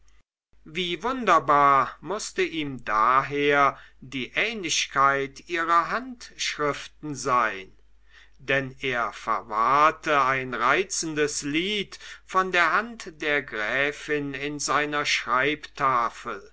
wie wunderbar mußte ihm daher die ähnlichkeit ihrer handschriften sein denn er verwahrte ein reizendes lied von der hand der gräfin in seiner